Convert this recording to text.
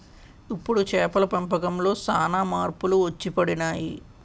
ఇప్పుడు చేపల పెంపకంలో సాన మార్పులు వచ్చిపడినాయి